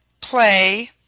play